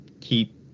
keep